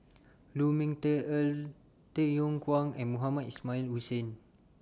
Lu Ming Teh Earl Tay Yong Kwang and Mohamed Ismail Hussain